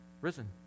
risen